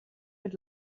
mit